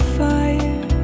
fire